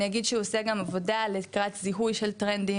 אני אגיד שהוא עושה גם עבודה לקראת זיהוי של טרנדים,